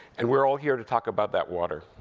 and we're all here to talk about that water.